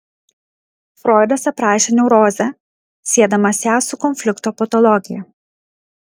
froidas aprašė neurozę siedamas ją su konflikto patologija